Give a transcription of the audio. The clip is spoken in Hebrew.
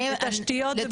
תשתית יכולה להיות לא מבנית.